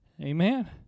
Amen